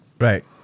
Right